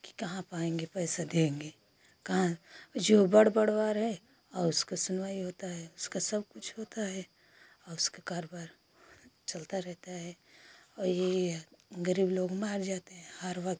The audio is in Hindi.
कि कहाँ पाएँगे पैसा देंगे कहाँ ओ जो बड़ा बड़वा है और उसकी सुनवाई होती है उसका सब कुछ होता है और उसके कारोबार हाँ चलता रहता है और ये ग़रीब लोग मारे जाते हैं हर वक़्त